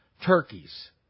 turkeys